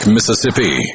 Mississippi